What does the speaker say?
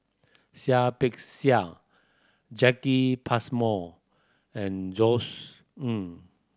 Seah Peck Seah Jacki Passmore and Ng